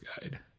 guide